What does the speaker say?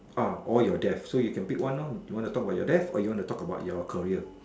ah or your death so you can pick one lor do you want to talk about your death or you want to talk about your career